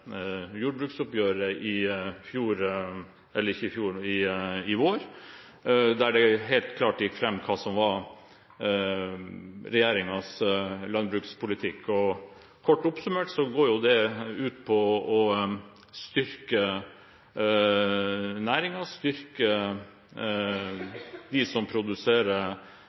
jordbruksoppgjøret i vår. Der gikk det helt klart frem hva som er regjeringens landbrukspolitikk. Kort oppsummert går den ut på å styrke næringen, styrke dem som produserer